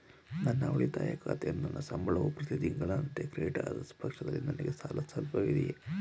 ನನ್ನ ಉಳಿತಾಯ ಖಾತೆಗೆ ನನ್ನ ಸಂಬಳವು ಪ್ರತಿ ತಿಂಗಳಿನಂತೆ ಕ್ರೆಡಿಟ್ ಆದ ಪಕ್ಷದಲ್ಲಿ ನನಗೆ ಸಾಲ ಸೌಲಭ್ಯವಿದೆಯೇ?